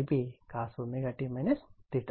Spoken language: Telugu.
Ip cost